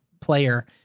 player